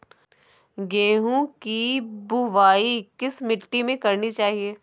गेहूँ की बुवाई किस मिट्टी में करनी चाहिए?